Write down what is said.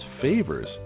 favors